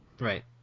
Right